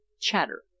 Chatter